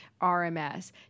RMS